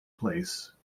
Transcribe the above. place